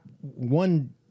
one